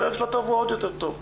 שהאויב של הטוב הוא עוד יותר טוב.